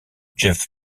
jeff